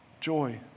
joy